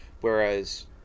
Whereas